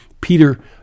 Peter